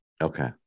Okay